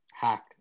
hack